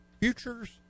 Futures